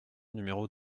numéro